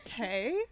okay